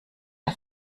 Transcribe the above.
der